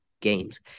games